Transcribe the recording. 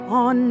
on